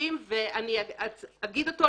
אקריא בו